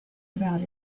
about